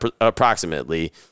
approximately